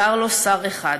גר לו שר אחד,